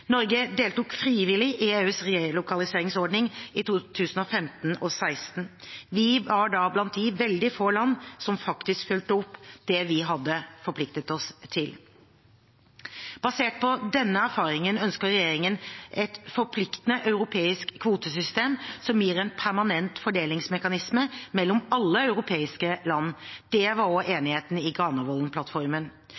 Norge deltok frivillig i EUs relokaliseringsordning i 2015 og 2016. Vi var da blant de veldig få land som faktisk fulgte opp det vi hadde forpliktet oss til. Basert på denne erfaringen ønsker regjeringen et forpliktende europeisk kvotesystem som gir en permanent fordelingsmekanisme mellom alle europeiske land. Det var også enigheten i Granavolden-plattformen. Det foreliggende initiativet er ikke en